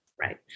right